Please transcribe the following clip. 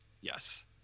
Yes